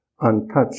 untouched